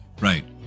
Right